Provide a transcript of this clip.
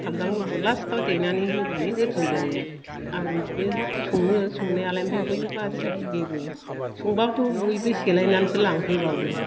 सामब्राम गुफुर लाष्टाव देनानै होबानो गोथाव जायो आरो आं बे सङो संनायालाय ओमफाय बयबो बासियाखाय गेब्लेयो संबाथ' बयबो सेलायनानसो लांफैबावो